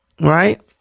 right